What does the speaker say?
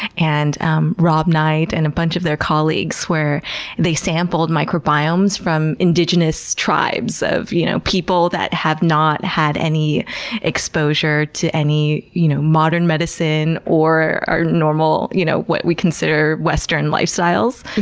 and um rob knight and a bunch of their colleagues where they sampled microbiomes from indigenous tribes of you know people that have not had any exposure to any you know modern medicine or or you know what we consider western lifestyles,